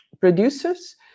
Producers